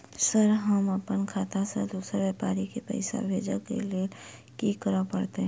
Sir हम अप्पन खाता सऽ दोसर व्यापारी केँ पैसा भेजक लेल की करऽ पड़तै?